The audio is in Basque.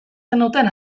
zenuten